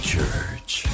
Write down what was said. Church